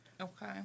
Okay